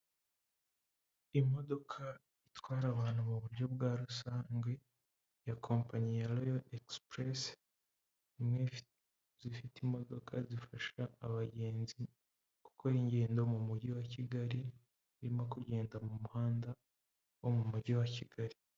Imodoka itwara abantu mu buryo bwa rusanzwe ya kompanyi ya royo egisipurese zifite imodoka zifasha abagenzi gukora ingendo mu mujyi wa Kigali, irimo kugenda mu muhanda wo mu mujyi wa Kigali.